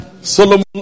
Solomon